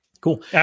Cool